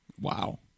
Wow